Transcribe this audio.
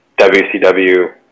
WCW